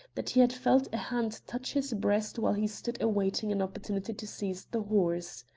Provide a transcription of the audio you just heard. that he had felt hand touch his breast while he stood awaiting an opportunity to seize the horse.